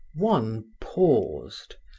one paused,